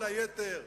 כל היתר,